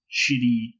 shitty